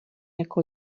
jako